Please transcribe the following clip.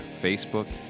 Facebook